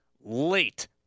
late